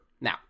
now